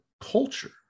culture